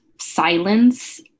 silence